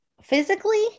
physically